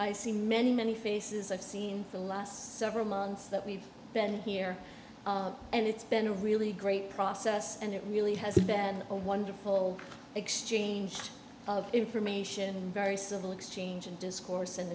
i see many many faces i've seen the last several months that we've been here and it's been a really great process and it really has been a wonderful exchange of information very civil exchange and discourse and